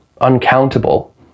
uncountable